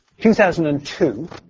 2002